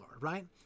right